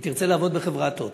היא תרצה לעבוד בחברת "הוט",